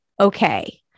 okay